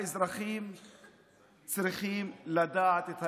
האזרחים צריכים לדעת את האמת.